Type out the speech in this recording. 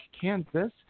Kansas